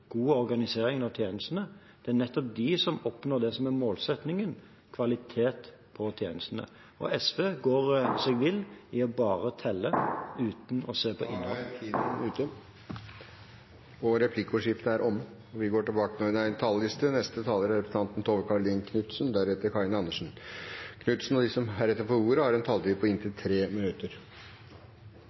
god organisering av tjenestene, nettopp er de som oppnår det som er målsettingen – kvalitet på tjenestene. SV går seg vill ved bare å telle uten å se på kvaliteten. Replikkordskiftet er omme. De talerne som heretter får ordet, har en taletid på inntil 3 minutter. Jeg kan ikke fri meg fra den ubehagelige følelsen av at regjeringa driver med en